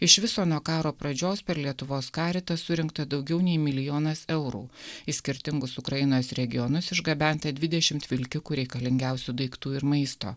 iš viso nuo karo pradžios per lietuvos karitą surinkta daugiau nei milijonas eurų į skirtingus ukrainos regionus išgabenta dvidešimt vilkikų reikalingiausių daiktų ir maisto